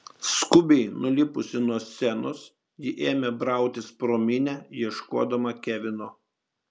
skubiai nulipusi nuo scenos ji ėmė brautis pro minią ieškodama kevino